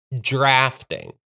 drafting